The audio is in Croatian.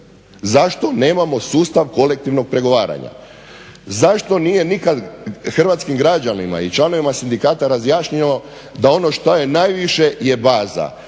zašto nemamo sustav kolektivnog pregovaranja. Zašto nije nikad hrvatskim građanima i članovima sindikata razjašnjeno da ono što je najviše je baza,